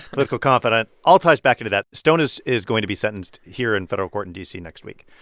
political confidant, all ties back into that. stone is is going to be sentenced here in federal court in d c. next week.